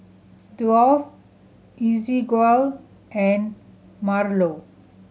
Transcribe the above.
Duff Ezequiel and Marlo